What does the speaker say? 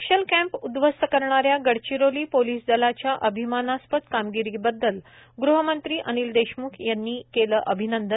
नक्षल कॅम्प उध्वस्त करण्याच्या गडचिरोली पोलिस दलाच्या अभिमानास्पद कामगिरीबद्दल गृहमंत्री अनिल देशमुख यांनी केलं अभिनंदन